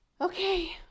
okay